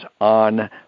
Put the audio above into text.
on